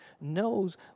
knows